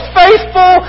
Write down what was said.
faithful